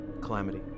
Calamity